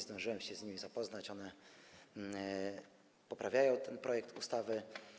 Zdążyłem się z nimi zapoznać, poprawiają one ten projekt ustawy.